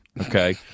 Okay